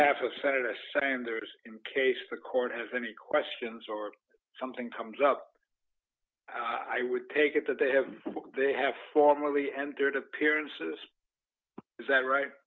sanders in case the court of any questions or something comes up i would take it that they have they have formally entered appearances is that right